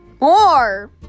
more